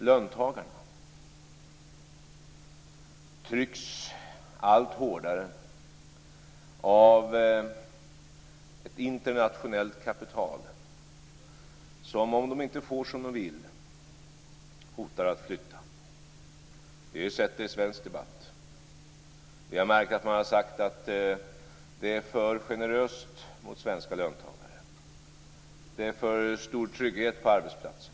Löntagarna trycks allt hårdare av ett internationellt kapital som om det inte får som det vill hotar att flytta. Vi har sett det i svensk debatt. Vi har märkt att man har sagt att det är för generöst mot svenska löntagare, att det är för stor trygghet på arbetsplatserna.